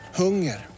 hunger